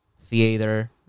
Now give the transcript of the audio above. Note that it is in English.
theater